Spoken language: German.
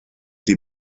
die